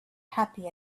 happy